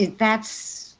that's,